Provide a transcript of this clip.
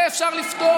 נכון,